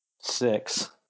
Six